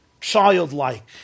childlike